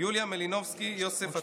יוליה מלינובסקי, יוסף עטאונה.